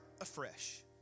afresh